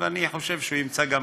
ואני חושב שהוא גם ימצא תומכים.